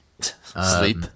sleep